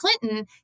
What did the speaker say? Clinton